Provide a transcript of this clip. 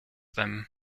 them